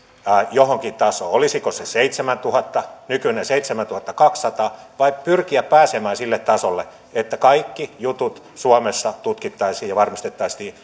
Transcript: johonkin tasoon olisiko se seitsemäntuhatta nykyinen seitsemäntuhattakaksisataa vai pitäisikö pyrkiä pääsemään sille tasolle että kaikki jutut suomessa tutkittaisiin ja varmistettaisiin